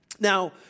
Now